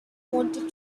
wanted